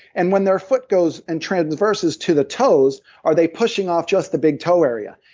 and when their foot goes and transverses to the toes, are they pushing off just the big toe area?